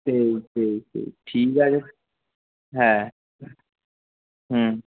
সেই সেই সেই ঠিক আছে হ্যাঁ হুম